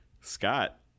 Scott